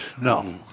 No